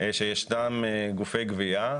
שישנם גופי גבייה,